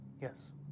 Yes